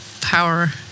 power